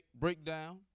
breakdown